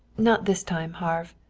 not this time, harve.